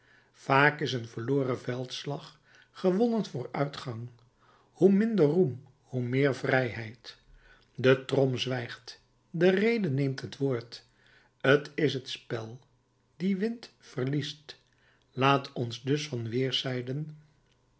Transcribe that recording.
vaak is een verloren veldslag gewonnen vooruitgang hoe minder roem hoe meer vrijheid de trom zwijgt de rede neemt het woord t is het spel die wint verliest laat ons dus van weerszijden